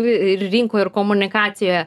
ir rinkoj ir komunikacijoje